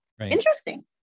interesting